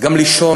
אז גם לישון,